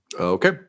Okay